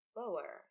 lower